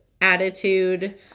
attitude